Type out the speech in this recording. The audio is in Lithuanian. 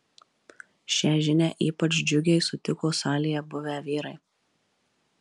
šią žinią ypač džiugiai sutiko salėje buvę vyrai